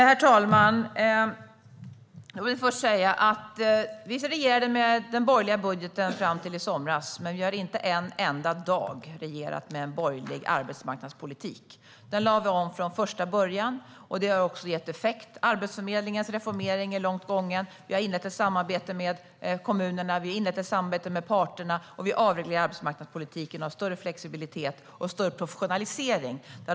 Herr talman! Vi regerade med den borgerliga budgeten fram till i somras, men vi har inte en enda dag regerat med en borgerlig arbetsmarknadspolitik. Den lade vi om från första början. Det har också gett effekt. Arbetsförmedlingens reformering är långt gången. Vi har inlett ett samarbete med kommunerna och parterna. Vi avreglerar arbetsmarknadspolitiken och har större flexibilitet och större professionalisering.